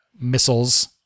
missiles